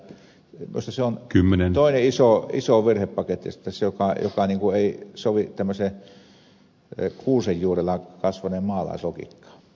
siinä mielessä minusta se on toinen iso virhepaketti joka ei sovi tämmöisen kuusen juurella kasvaneen maalaislogiikkaan